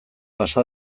pasa